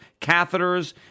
catheters